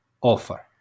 offer